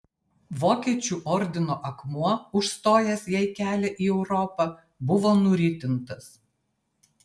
vokiečių ordino akmuo užstojęs jai kelią į europą buvo nuritintas